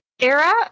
era